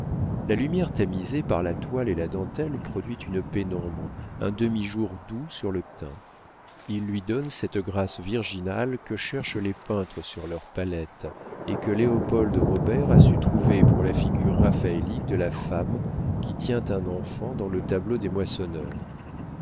la lumière tamisée par la toile et la dentelle produit une pénombre un demi-jour doux sur le teint il lui donne cette grâce virginale que cherchent les peintres sur leurs palettes et que léopold robert a su trouver pour la figure raphaélique de la femme qui tient un enfant dans le tableau des moissonneurs